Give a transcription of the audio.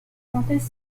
synthèse